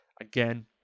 again